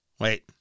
Wait